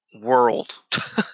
world